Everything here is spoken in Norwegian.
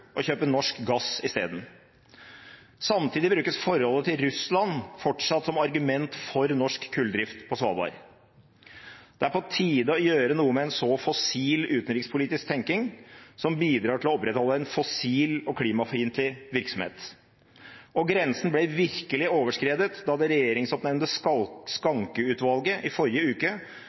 og kjøpe norsk gass isteden. Samtidig brukes forholdet til Russland fortsatt som argument for norsk kulldrift på Svalbard. Det er på tide å gjøre noe med en så fossil utenrikspolitisk tenkning, som bidrar til å opprettholde en fossil og klimafiendtlig virksomhet. Grensen ble virkelig overskredet da det regjeringsoppnevnte Skancke-utvalget i forrige uke